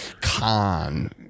Con